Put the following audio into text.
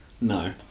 No